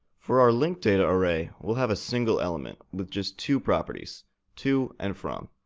for our linkdataarray, we'll have single element, with just two properties to and from.